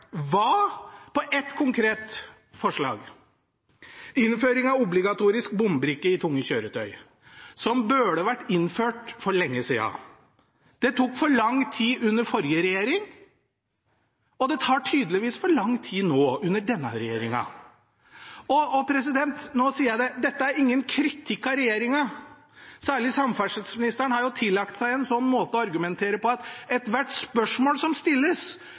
på ett forslag – innføring av obligatorisk bombrikke i tunge kjøretøy, som burde vært innført for lenge siden. Det tok for lang tid under forrige regjering, og det tar tydeligvis for lang tid nå under denne regjeringen. Dette er ingen kritikk av regjeringen. Særlig samferdselsministeren har jo lagt seg til en sånn måte å argumentere på at han anser ethvert spørsmål som stilles,